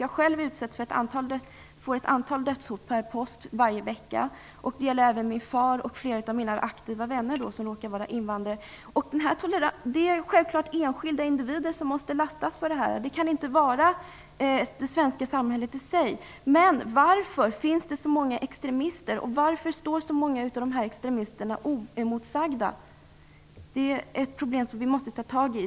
Jag har själv utsatts för ett antal hot. Jag får ett antal dödshot per post varje vecka. Det gäller även min far och flera av mina aktiva vänner som råkar vara invandrare. Det är självklart enskilda individer som måste lastas för detta. Det kan inte vara det svenska samhället i sig. Men varför finns det så många extremister, och varför står så många av extremisterna oemotsagda? Detta är ett problem vi måste ta tag i.